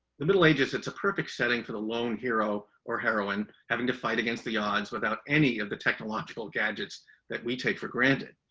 the middle ages, it's a perfect setting for the loan hero or heroine, having to fight against the odds without any of the technological gadgets that we take for granted.